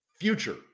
future